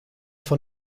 von